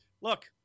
Look